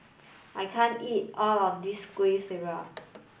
I can't eat all of this Kueh Syara